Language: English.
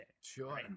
Sure